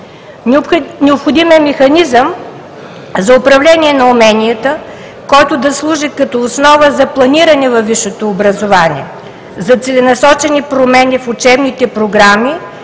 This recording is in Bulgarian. Необходим е механизъм за управление на уменията, който да служи като основа за планиране във висшето образование, за целенасочени промени в учебните програми